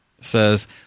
says